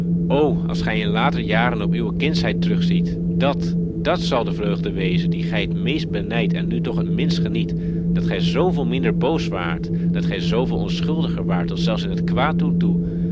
als gij in later jaren op uwe kindsheid terugziet dat dat zal de vreugde wezen die gij het meest benijdt en nu toch het minst geniet dat gij zooveel minder boos waart dat gij zooveel onschuldiger waart tot zelfs in het kwaaddoen toe